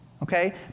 Okay